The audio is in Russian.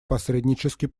посреднический